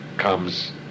comes